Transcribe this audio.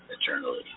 Eternally